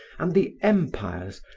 and the empires,